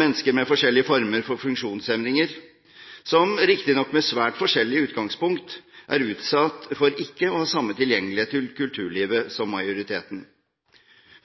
mennesker med forskjellige former for funksjonshemninger, som riktignok med svært forskjellig utgangspunkt er utsatt for ikke å ha samme tilgjengelighet til kulturlivet som majoriteten.